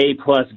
A-plus